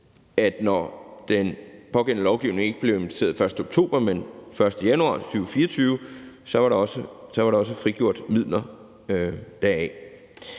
at når den pågældende lovgivning ikke blev implementeret den 1. oktober 2023, men den 1. januar 2024, så var der også frigjort midler deraf.